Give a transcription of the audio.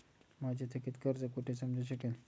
माझे थकीत कर्ज कुठे समजू शकेल?